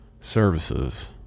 Services